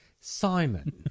Simon